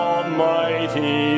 Almighty